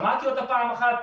שמעתי אותה פעם אחת,